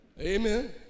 Amen